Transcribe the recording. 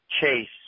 Chase